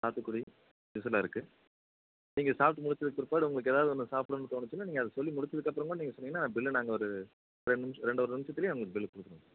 சாத்துக்குடி ஜூஸ்செல்லாம் இருக்குது நீங்கள் சாப்பிட்டு முடித்ததுக்கு பிற்பாடு உங்களுக்கு ஏதாவது ஒன்று சாப்பிடணுன்னு தோணுச்சுனால் நீங்கள் அதை சொல்லி முடிச்சதுக்கப்புறம் கூட நீங்கள் சொன்னீங்கன்னால் பில்லு நாங்கள் ஒரு ரெண்டு நிமிஷம் ரெண்டாெரு நிமிஷத்துலே உங்களுக்கு பில்லை கொடுத்துடுவோம்